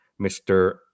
Mr